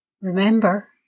Remember